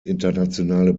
internationale